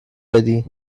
ready